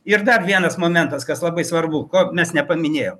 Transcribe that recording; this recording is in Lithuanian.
ir dar vienas momentas kas labai svarbu ko mes nepaminėjom